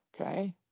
okay